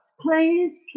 please